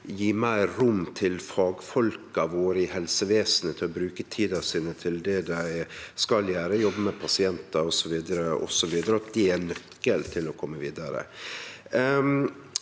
gje meir rom til fagfolka våre i helsevesenet til å bruke tida si til det dei skal gjere, jobbe med pasientar osv., og at det er ein nøkkel til å kome vidare.